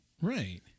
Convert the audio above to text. Right